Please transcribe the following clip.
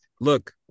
look